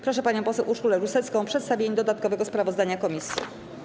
Proszę panią poseł Urszulę Rusecką o przedstawienie dodatkowego sprawozdania komisji.